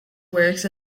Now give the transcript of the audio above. works